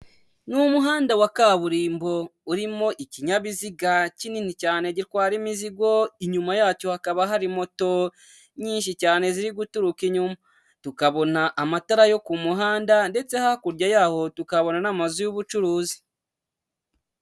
Ni umuhanda wa kaburimbo urimo ikinyabiziga kinini cyane gitwara imizigo, inyuma yacyo hakaba hari moto nyinshi cyane ziri guturuka inyuma, tukabona amatara yo ku muhanda ndetse hakurya yaho tukabona n'amazu y'ubucuruzi.